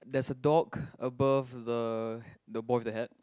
there's a dog above the the boy with the hat